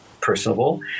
personable